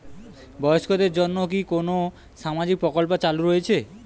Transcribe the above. বয়স্কদের জন্য কি কোন সামাজিক প্রকল্প চালু রয়েছে?